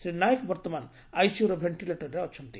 ଶ୍ରୀ ନାଏକ ବର୍ଉମାନ ଆଇସିୟୁର ଭେଷିଲେଟର୍ରେ ଅଛନ୍ତି